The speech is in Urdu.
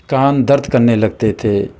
کان درد کرنے لگتے تھے